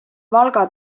valga